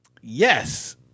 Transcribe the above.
yes